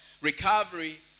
recovery